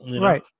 Right